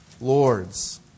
lords